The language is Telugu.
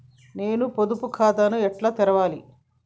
నేను పొదుపు ఖాతాను ఎట్లా తెరవాలి?